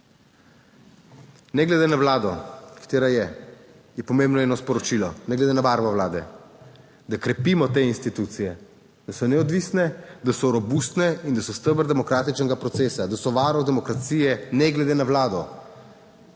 Ne glede na vlado, katera je, je pomembno eno sporočilo, ne glede na barvo vlade - da krepimo te institucije, da so neodvisne, da so robustne in da so steber demokratičnega procesa, da so varuh demokracije, ne glede na vlado.